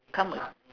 come